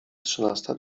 trzynasta